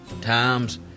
times